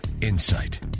insight